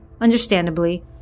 Understandably